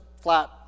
flat